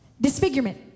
Disfigurement